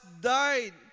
died